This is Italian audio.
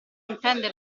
intende